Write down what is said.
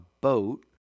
boat